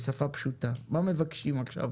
בשפה פשוטה, מה מבקשים עכשיו?